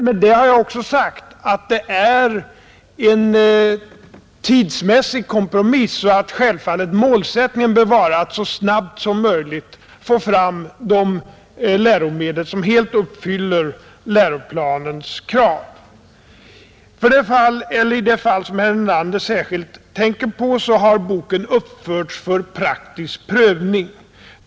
Med det har jag också sagt att det är en tidsmässig kompromiss och att målsättningen självfallet bör vara att så snabbt som möjligt få fram läromedel som helt uppfyller läroplanens krav. I det fall som herr Nelander särskilt tänker på har boken uppförts för praktisk prövning.